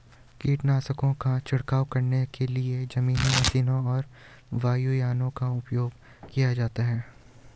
कीटनाशकों का छिड़काव करने के लिए जमीनी मशीनों और वायुयानों का उपयोग किया जाता है